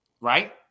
Right